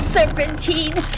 Serpentine